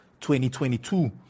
2022